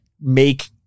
make